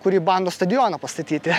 kurį bando stadioną pastatyti